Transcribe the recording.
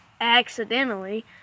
accidentally